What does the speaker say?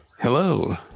Hello